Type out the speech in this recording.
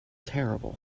terrible